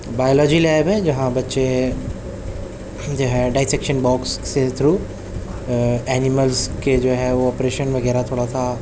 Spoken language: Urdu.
بایولوجی لیب ہے جہاں بچے جو ہے ڈائیسیکشن باکس سے تھرو اینیملس کے جو ہے وہ آپریشن وغیرہ تھوڑا سا